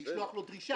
לשלוח לו דרישה.